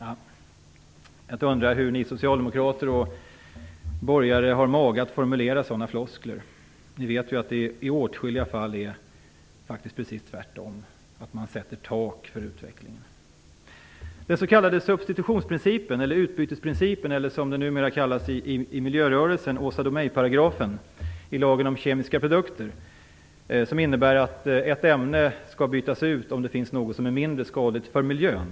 Jag undrar hur ni socialdemokrater och borgare har mage att formulera sådana floskler. Ni vet ju att det i åtskilliga fall faktiskt förhåller sig precis tvärtom, dvs. att man sätter ett tak för utvecklingen. Den s.k. substitutionsprincipen - utbytesprincipen eller, som den numera kallas i miljörörelsen, Åsa Domeij-paragrafen - i lagen om kemiska produkter innebär att ett ämne skall bytas ut om det finns något som är mindre skadligt för miljön.